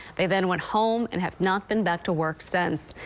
they then went home and have not been back to work since.